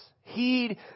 heed